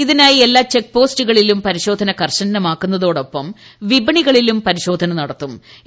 ഇതിനായി എല്ലാ ചെക്ക് പോസ്റ്റുകളിലും പരിശോധന കർശനമാക്കൂന്നതോടൊപ്പം വിപണികളിലും പരിശോധന നടത്തൂം